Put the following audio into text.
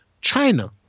China